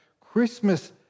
Christmas